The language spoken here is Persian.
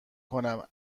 کنم